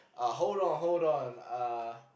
uh hold on hold on uh